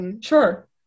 Sure